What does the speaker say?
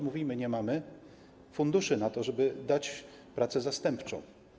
Mówimy, że nie mamy funduszy na to, żeby zapewnić pracę zastępczą.